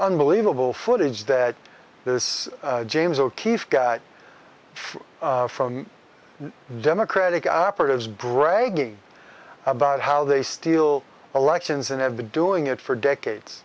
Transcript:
unbelievable footage that there is james o'keefe from the democratic operatives bragging about how they steal elections and have been doing it for decades